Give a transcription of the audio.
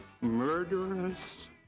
murderous